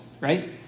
right